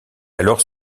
alors